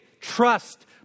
Trust